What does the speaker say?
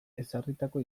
ezarritako